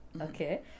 Okay